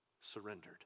surrendered